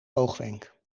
oogwenk